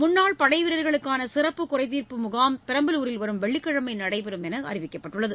முன்னாள் படைவீரர்களுக்கான சிறப்பு குறைதீர் முகாம் பெரம்பலூரில் வரும் வெள்ளிக்கிழமை நடைபெறும் என்று அறிவிக்கப்பட்டுள்ளது